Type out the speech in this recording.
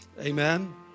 Amen